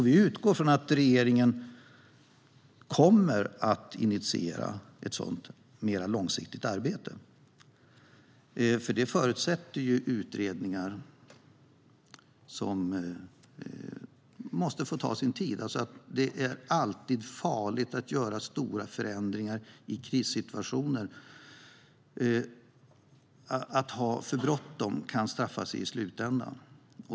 Vi utgår från att regeringen kommer att initiera ett sådant mer långsiktigt arbete. Det förutsätter utredningar som måste få ta sin tid. Det är alltid farligt att ha för bråttom med att göra stora förändringar i krissituationer. Det kan straffa sig i slutändan.